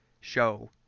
show